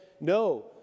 no